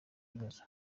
bibazo